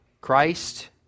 Christ